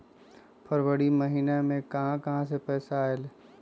फरवरी महिना मे कहा कहा से पैसा आएल?